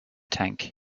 tank